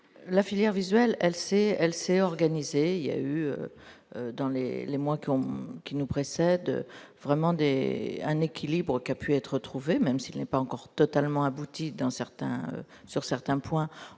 la filière visuel, elle s'est elle s'est organisée il y a eu dans les les mois qui ont qui nous précèdent, vraiment un équilibre qui a pu être trouvé, même s'il n'est pas encore totalement abouti dans certains sur